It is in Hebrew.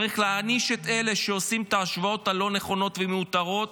צריך להעניש את אלה שעושים את ההשוואות הלא-נכונות והמיותרות,